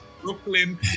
Brooklyn